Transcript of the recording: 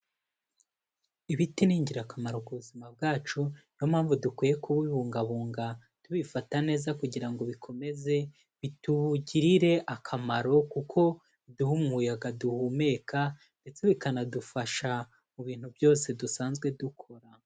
Ibiti ni ingirakamaro ku buzima bwacu, niyo mpamvu dukwiye kubibungabunga, tubifata neza kugira ngo bikomeze bitugirire akamaro kuko biduha umuyaga duhumeka ndetse bikanadufasha mu bintu byose dusanzwe dukora.